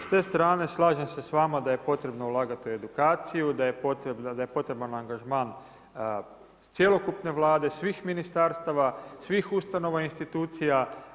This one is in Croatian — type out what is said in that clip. S te strane slažem se sa vama da je potrebno ulagat u edukaciju, da je potreban angažman cjelokupne Vlade, svih ministarstava, svih ustanova, institucija.